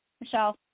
michelle